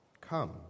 come